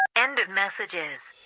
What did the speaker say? end of messages